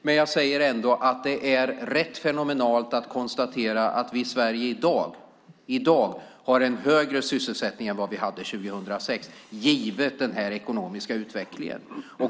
Men jag säger ändå att det är rätt fenomenalt att konstatera att vi i Sverige i dag har en högre sysselsättning än vad vi hade 2006 givet denna ekonomiska utveckling.